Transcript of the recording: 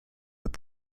with